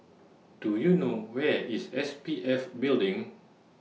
Do YOU know Where IS S P F Building